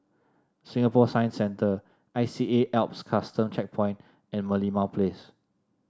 Singapore Science Centre I C A A L P S Custom Checkpoint and Merlimau Place